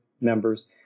members